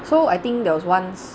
so I think there was once